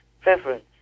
preference